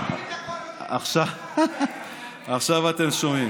עכשיו אתם שומעים.